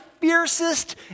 fiercest